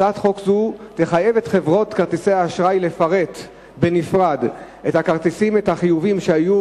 הצעת חוק זו תחייב את חברות כרטיסי האשראי לפרט בנפרד את החיובים שהיו